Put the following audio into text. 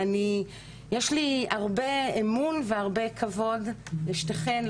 ויש לי הרבה אמון והרבה כבוד לשתיכן,